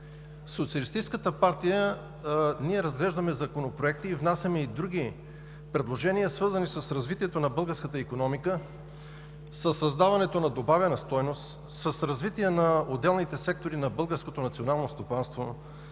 Социалистическата партия ние разглеждаме законопроекти и внасяме и други предложения, свързани с развитието на българската икономика, със създаването на добавена стойност, с развитие на отделните сектори на българското национално стопанство,